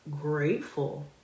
grateful